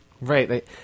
Right